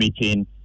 meeting